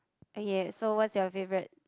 okay so what's your favourite